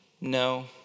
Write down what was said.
no